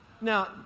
Now